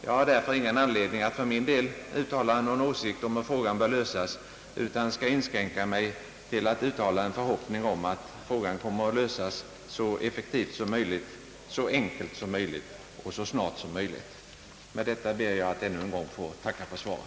Jag har därför ingen anledning att för min del uttala någon åsikt om hur frågan bör lösas utan skall inskränka mig till att uttala en förhoppning om att frågan kommer att lösas så effektivt som möjligt, så enkelt som möjligt och så snart som möjligt. Med detta ber jag, herr talman, ännu en gång att få tacka för svaret.